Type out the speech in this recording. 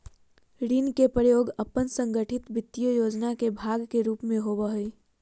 ऋण के प्रयोग अपन संगठित वित्तीय योजना के भाग के रूप में होबो हइ